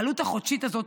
העלות החודשית הזאת